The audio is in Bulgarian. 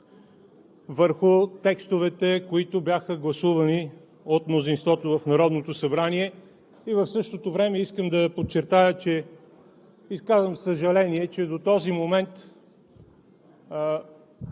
върху текстовете, които бяха гласувани от мнозинството в Народното събрание. В същото време искам да подчертая, че изказвам съжаление, че до този момент